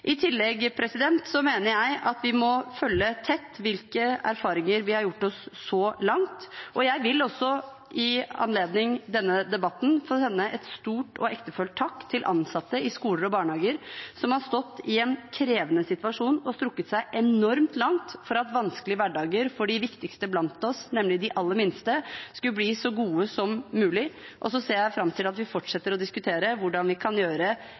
mener jeg at vi må følge tett hvilke erfaringer vi har gjort oss så langt. Jeg vil også, i anledning denne debatten, få sende en stor og ektefølt takk til ansatte i skoler og barnehager, som har stått i en krevende situasjon og strukket seg enormt langt for at vanskelige hverdager for de viktigste blant oss, nemlig de aller minste, skulle bli så gode som mulig. Så ser jeg fram til at vi fortsetter å diskutere hvordan vi kan gjøre